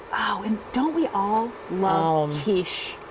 and don't we all love quiche?